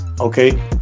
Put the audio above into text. okay